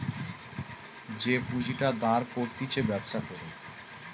যে পুঁজিটা দাঁড় করতিছে ব্যবসা করে